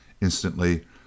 Instantly